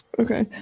okay